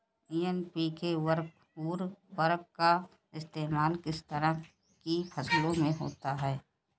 NPK उर्वरक का इस्तेमाल किस तरह की फसलों में होता है?